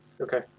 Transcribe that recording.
okay